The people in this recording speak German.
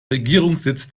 regierungssitz